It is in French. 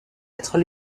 être